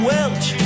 Welch